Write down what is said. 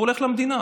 הוא הולך למדינה,